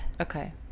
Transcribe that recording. Okay